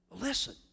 Listen